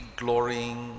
glorying